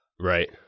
Right